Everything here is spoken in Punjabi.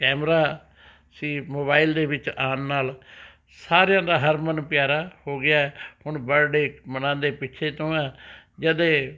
ਕੈਮਰਾ ਸੀ ਮੋਬਾਈਲ ਦੇ ਵਿੱਚ ਆਉਣ ਨਾਲ ਸਾਰਿਆਂ ਦਾ ਹਰਮਨ ਪਿਆਰਾ ਹੋ ਗਿਆ ਹੁਣ ਬਰਡੇ ਮਨਾਉਂਦੇ ਪਿੱਛੇ ਤੋਂ ਹੈ ਜਦੇ